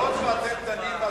למרות שאתם דנים בה,